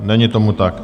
Není tomu tak.